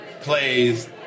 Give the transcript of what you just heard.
plays